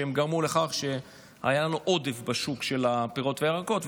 שהן גרמו לכך שהיה לנו עודף של פירות וירקות בשוק,